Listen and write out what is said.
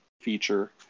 feature